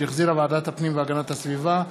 שהחזירה ועדת הפנים והגנת הסביבה,